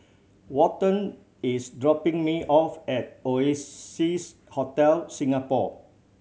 Walton is dropping me off at Hotel Singapore